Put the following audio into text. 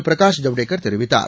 பிரகாஷ் ஐவ்டேகர் தெரிவித்தார்